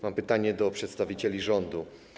Mam pytanie do przedstawicieli rządu.